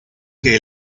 que